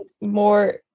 more